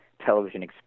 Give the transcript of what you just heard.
television